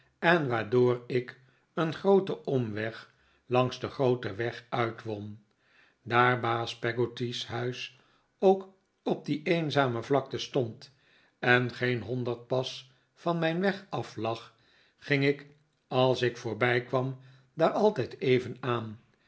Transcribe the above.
en waardoor ik een grooten omweg langs den grooten weg uitwon daar baas peggotty's huis ook op die eenzame vlakte stond en geen honderd pas van mijn weg af lag ging ik als ik voorbijkwam daar altijd even aan